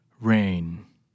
Rain